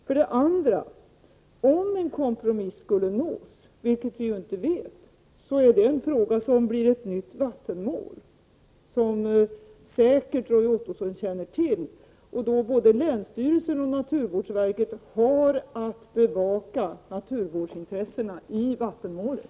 För det andra: Om en kompromiss skulle uppnås, vilket vi inte vet, är det en fråga som blir ett nytt vattenmål. Det känner Roy Ottosson säkert till. Både länsstyrelsen och naturvårdsverket har att bevaka naturvårdsintressenia i vattenmålet.